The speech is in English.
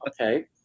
Okay